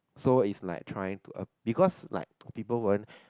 so it's like trying to um because like people won't